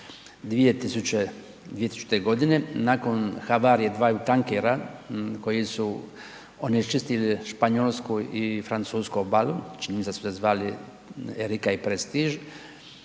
2000. godine nakon havarije dvaju tankera koji su onečistili Španjolsku i Francusku obalu, čini mi se da su se zvali Erika i Prestiž